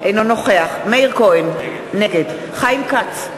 אינו נוכח מאיר כהן, נגד חיים כץ,